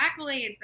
accolades